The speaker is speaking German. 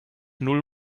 null